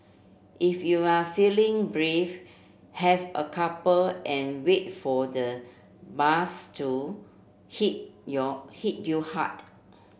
if you're feeling brave have a couple and wait for the buzz to hit your hit you hard